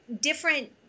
different